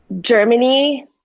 germany